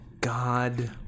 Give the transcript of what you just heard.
God